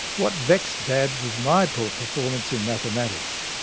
what vexed dad was my poor performance in mathematics.